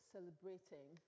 Celebrating